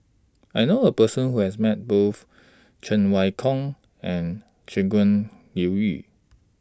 I know A Person Who has Met Both Cheng Wai Keung and Shangguan Liuyun